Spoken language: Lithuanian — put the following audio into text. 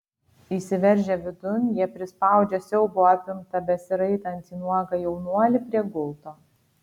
įsiveržę vidun jie prispaudžia siaubo apimtą besiraitantį nuogą jaunuolį prie gulto